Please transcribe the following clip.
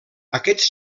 aquests